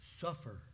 suffer